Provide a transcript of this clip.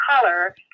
color